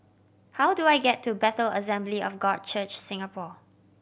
how do I get to Bethel Assembly of God Church Singapore